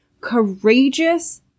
courageous